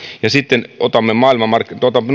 ja sitten otamme tuolta nord